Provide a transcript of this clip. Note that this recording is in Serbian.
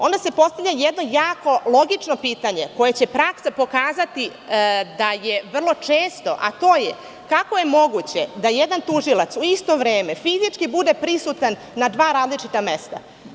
Onda se postavlja jedno jako logično pitanje za koje će praksa pokazati da je vrlo često, a to je – kako je moguće da jedan tužilac u isto vreme fizički bude prisutan na različita mesta?